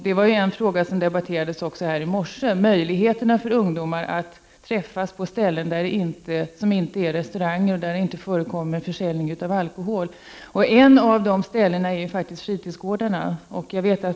I morse debatterades också möjligheterna för ungdomar att träffas på ställen som inte är restauranger och där det inte förekommer försäljning av alkohol. Ett sådant ställe är fritidsgårdarna.